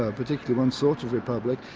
ah particularly one sort of republic,